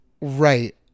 Right